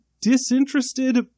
disinterested